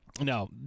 No